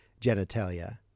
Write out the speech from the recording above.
genitalia